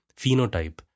phenotype